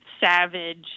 savage